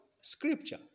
scripture